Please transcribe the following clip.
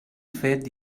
fet